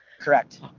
Correct